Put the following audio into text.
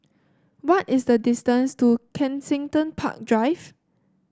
what is the distance to Kensington Park Drive